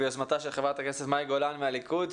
הדיון מתקיים ביוזמתה של חברת הכנסת מאי גולן מהליכוד,